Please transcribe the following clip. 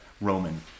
Roman